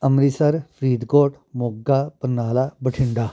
Amritsar Faridkot Moga Barnala Bathinda